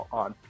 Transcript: on